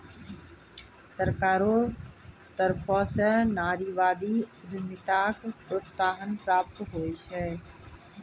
सरकारो तरफो स नारीवादी उद्यमिताक प्रोत्साहन प्राप्त होय छै